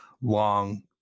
long